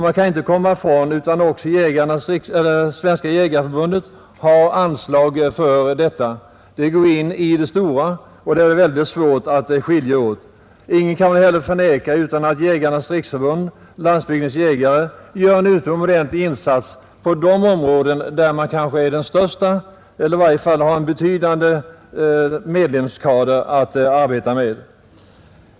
Man kan inte komma ifrån att Svenska jägareförbundet har anslag för detta ändamål, även om det går in i det stora sammanhanget och är väldigt svårt att skilja ut. Ingen kan väl heller förneka att Jägarnas riksförbund—Landsbygdens jägare gör en utomordentlig insats i de områden där den kanske är den största organisationen eller i varje fall har en betydande medlemskader att arbeta med.